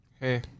Hey